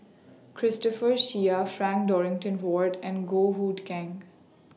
Christopher Chia Frank Dorrington Ward and Goh Hood Keng